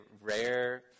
rare